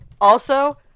Also-